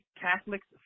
Catholics